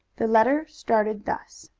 the letter started thus